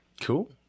Cool